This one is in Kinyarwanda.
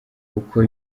kuko